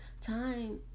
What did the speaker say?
time